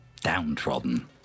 downtrodden